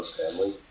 family